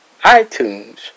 iTunes